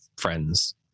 friends